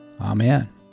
Amen